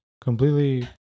completely